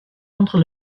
contre